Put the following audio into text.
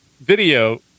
video